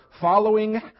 following